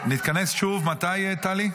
נתכנס שוב, מתי טלי?